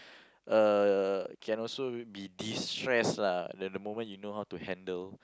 uh can also be destressed lah the moment you know how to handle